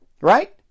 Right